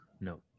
no